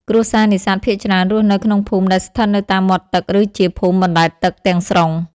គ្រួសារនេសាទភាគច្រើនរស់នៅក្នុងភូមិដែលស្ថិតនៅតាមមាត់ទឹក ឬជា ភូមិបណ្តែតទឹក ទាំងស្រុង។